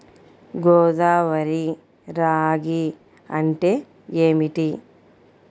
గోదావరి రాగి అంటే ఏమిటి?